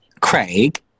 Craig